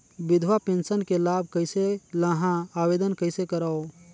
विधवा पेंशन के लाभ कइसे लहां? आवेदन कइसे करव?